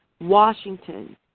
Washington